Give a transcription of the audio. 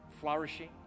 flourishing